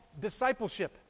discipleship